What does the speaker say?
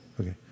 Okay